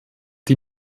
die